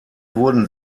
wurden